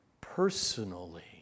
personally